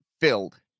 filled